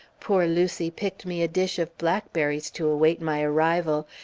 poor lucy picked me a dish of blackberries to await my arrival,